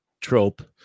trope